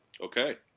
Okay